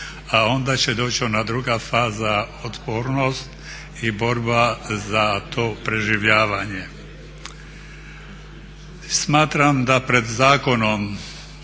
a onda će doći ona druga faza otpornost i borba za to preživljavanje. Smatram da pred zakonom,